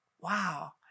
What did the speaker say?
wow